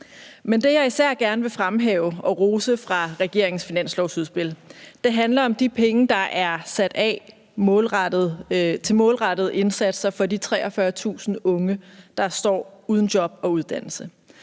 Men det, jeg især gerne vil fremhæve og rose fra regeringens finanslovsudspil, handler om de penge, der er sat af til målrettede indsatser for de 43.000 unge, der står uden job og uddannelse,